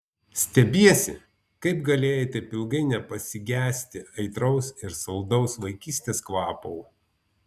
stebiesi kaip galėjai taip ilgai nepasigesti aitraus ir saldaus vaikystės kvapo